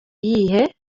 iyihe